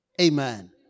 Amen